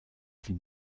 sie